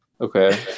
Okay